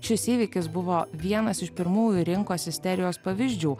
šis įvykis buvo vienas iš pirmųjų rinkos isterijos pavyzdžių